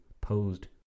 posed